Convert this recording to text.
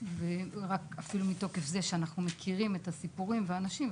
ורק אפילו מתוקף זה שאנחנו מכירים את הסיפורים ואת האנשים,